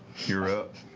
you're up.